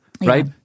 right